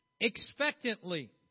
expectantly